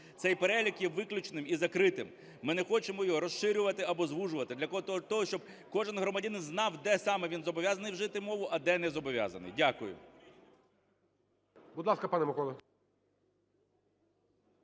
Цей перелік є виключним і закритим. Ми не хочемо його розширювати або звужувати, для того щоб кожен громадянин знав, де саме він зобов'язаний вжити мову, а де не зобов'язаний. Дякую.